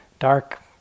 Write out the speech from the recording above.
dark